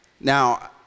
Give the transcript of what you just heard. Now